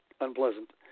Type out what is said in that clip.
unpleasant